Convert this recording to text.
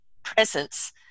presence